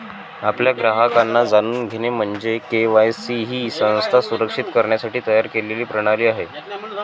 आपल्या ग्राहकांना जाणून घेणे म्हणजे के.वाय.सी ही संस्था सुरक्षित करण्यासाठी तयार केलेली प्रणाली आहे